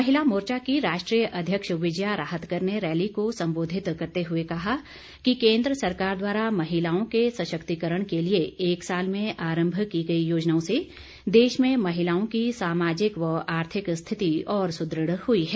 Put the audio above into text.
महिला मोर्चा की राष्ट्रीय अध्यक्ष विजया राहतकर ने रैली को सम्बोधित करते हुए कहा कि केन्द्र सरकार द्वारा महिलाओं के सशक्तिकरण के लिए एक साल में आरम्भ की गई योजनाओं से देश में महिलाओं की सामाजिक व आर्थिक स्थिति और सुदृढ़ हुई है